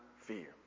fear